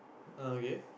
okay